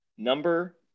Number